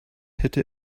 hätte